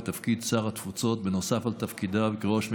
לתפקיד שר התפוצות נוסף על תפקידיו כראש הממשלה,